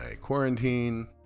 quarantine